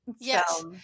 Yes